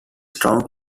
strong